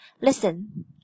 Listen